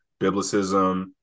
Biblicism